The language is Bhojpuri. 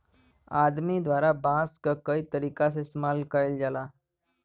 आदमी द्वारा बांस क कई तरीका से इस्तेमाल करल जाला